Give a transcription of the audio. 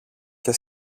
και